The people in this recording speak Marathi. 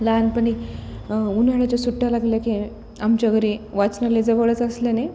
लहानपणी उन्हाळ्याच्या सुट्ट्या लागल्या की आमच्या घरी वाचनालय जवळच असल्यानेही